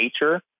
nature